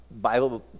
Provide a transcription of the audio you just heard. Bible